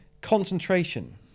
concentration